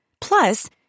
Plus